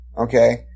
okay